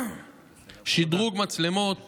שדרוג מצלמות